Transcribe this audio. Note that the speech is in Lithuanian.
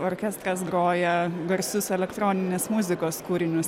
orkestras groja garsius elektroninės muzikos kūrinius